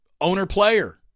owner-player